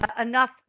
enough